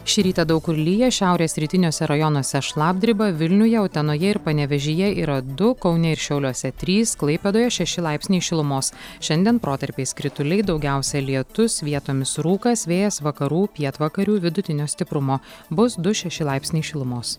šį rytą daug kur lyja šiaurės rytiniuose rajonuose šlapdriba vilniuje utenoje ir panevėžyje yra du kaune ir šiauliuose trys klaipėdoje šeši laipsniai šilumos šiandien protarpiais krituliai daugiausia lietus vietomis rūkas vėjas vakarų pietvakarių vidutinio stiprumo bus du šeši laipsniai šilumos